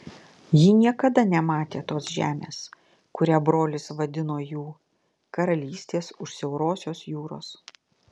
ji niekada nematė tos žemės kurią brolis vadino jų karalystės už siaurosios jūros